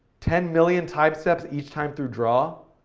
ten million timesteps each time through draw?